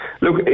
Look